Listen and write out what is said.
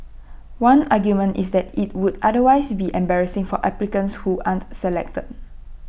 one argument is that IT would otherwise be embarrassing for applicants who aren't selected